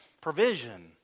provision